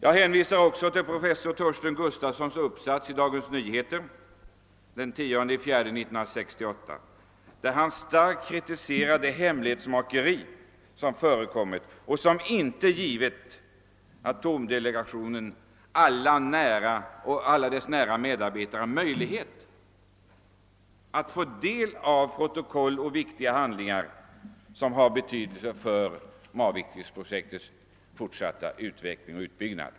Jag vill också hänvisa till vad professor Torsten Gustavsson uppgav i Dagens Nyheter den 10 april 1968, där han starkt kritiserade det hemlighetsmakeri som förekommit och som gjort att AB Atomenergis alla nära medarbetare inte fick del av protokoll och viktiga handlingar av betydelse för Marvikenprojektets fortsatta utveckling och utbyggnad.